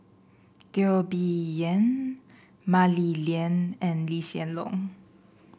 Teo Bee Yen Mah Li Lian and Lee Hsien Loong